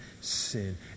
sin